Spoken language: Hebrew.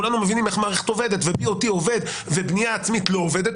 כולנו מבינים איך מערכת עובדת ואיך עובד BOT ובנייה עצמית לא עובדת,